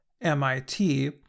MIT